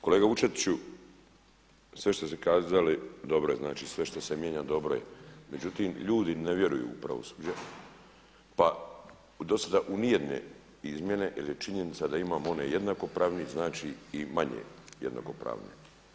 Kolega Vučetiću, sve što ste kazali dobro je, znači sve što se mijenja dobro je, međutim ljudi ne vjeruju u pravosuđe pa u do sada u ni jedne izmjene jer je činjenica da imamo onaj jednakopravni znači i manje jednako pravni.